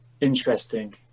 interesting